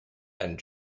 and